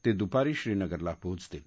ते दुपारी श्रीनगरला पोचतील